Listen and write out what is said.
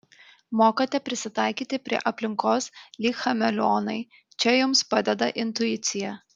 mokate prisitaikyti prie aplinkos lyg chameleonai čia jums padeda intuicija